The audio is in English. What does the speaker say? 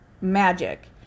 magic